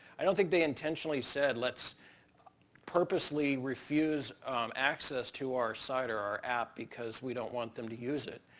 i don't think they intentionally said let's purposely refuse access to our site or our app because we don't want them to use it.